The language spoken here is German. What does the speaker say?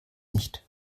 nicht